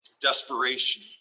desperation